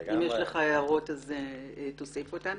אם יש לך הערות אז תוסיף אותן.